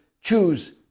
choose